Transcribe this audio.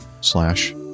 slash